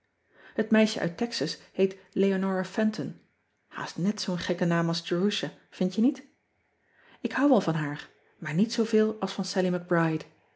et meisje uit exas heet eonora enton haast net zoo n gekke naam als erusha vindt je niet k houd wel van haar maar niet zooveel als van allie c ride